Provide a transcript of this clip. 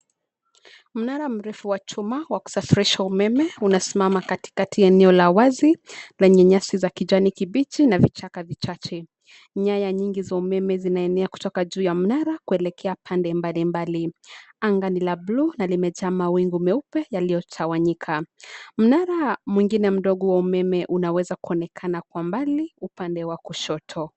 Mnara mrefu wa chuma wa kusafirisha umeme unasimama kati kati eneo la wazi, lenye nyasi za kijani kibichi na vichaka vichache, nyaya nyingi za umeme zinaenea kutoka juu ya mnara kuelekea pande mbali mbali, anga ni la bluu na limejaa mawingu meupe yaliyotawanyika, mnara mwingine mdogo wa umeme unaweza kuonekaana kwa mbali upande wa kushoto.